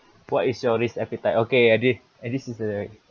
what is your risk appetite okay at least this is a